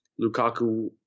Lukaku